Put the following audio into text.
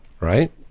right